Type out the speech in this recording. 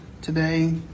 today